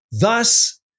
Thus